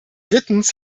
drittens